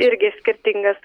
irgi skirtingas